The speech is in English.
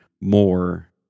more